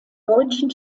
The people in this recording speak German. deutschen